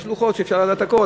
יש לוחות שאפשר לדעת הכול.